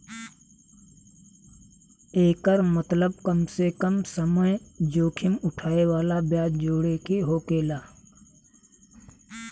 एकर मतबल कम से कम समय जोखिम उठाए वाला ब्याज जोड़े के होकेला